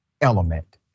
element